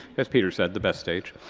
as peter said, the best stage.